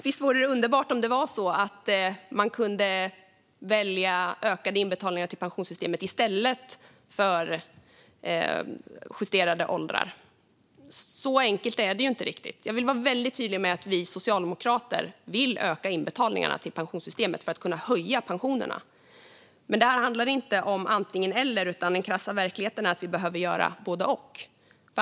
Visst vore det underbart om man kunde välja ökade inbetalningar till pensionssystemet i stället för justerade åldrar. Riktigt så enkelt är det ju inte. Jag vill vara väldigt tydlig med att vi socialdemokrater vill öka inbetalningarna till pensionssystemet för att kunna höja pensionerna. Men det här handlar inte om antingen eller, utan den krassa verkligheten är att vi behöver göra både och.